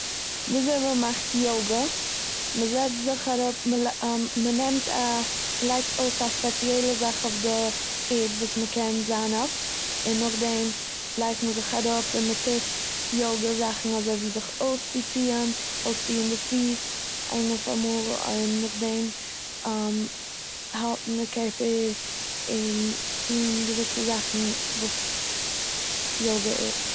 וויזוי מ'מאכט יאגא. מ'זעצט זיך אראפ- מ'ליי- מ'נעמט א- מ'לייגט אויס א ספעציעלע זאך אויף די ערד, וואס מ'קען זיין אויף, און נאכדעם לייגט מען זיך אראפ, און מ'טוט יאגא זאכן אזויווי זיך אויסצוציען, אויסציען די פיס איין אויף א מאל א- און נאכדעם האלט מען די קערפער און טוהן געוויסע זאכן וואס יאגא איז.